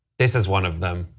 this is one of them.